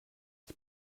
ich